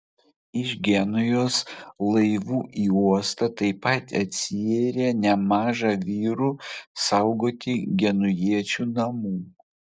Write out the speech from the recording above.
iš genujos laivų į uostą taip pat atsiyrė nemaža vyrų saugoti genujiečių namų